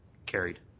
carried.